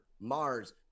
mars